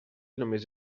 només